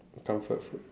comfort food